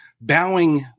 bowing